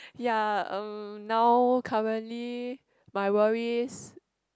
ya uh now currently my worries